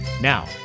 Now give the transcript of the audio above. Now